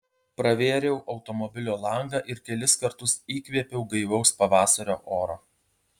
pravėriau automobilio langą ir kelis kartus įkvėpiau gaivaus pavasario oro